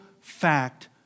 fact